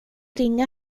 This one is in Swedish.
ringa